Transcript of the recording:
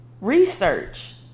research